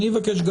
גם